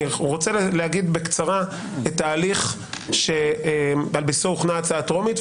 אני רוצה להגיד בקצרה את ההליך שעל בסיסו הוכנה ההצעה הטרומית,